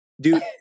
Dude